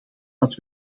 dat